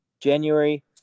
january